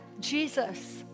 Jesus